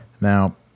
Now